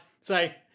say